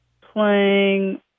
playing